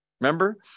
remember